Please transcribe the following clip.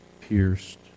pierced